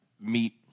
meet